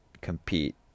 compete